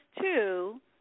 two